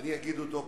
אני אגיד אותו בסוף.